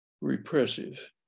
repressive